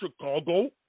Chicago